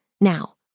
Now